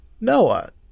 Noah